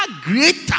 greater